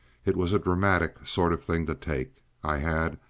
it was a dramatic sort of thing to take. i had,